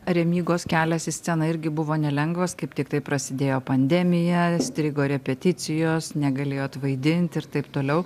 remygos kelias į sceną irgi buvo nelengvas kaip tiktai prasidėjo pandemija strigo repeticijos negalėjot vaidint ir taip toliau